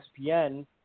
ESPN